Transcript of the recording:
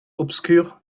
obscure